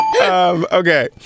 Okay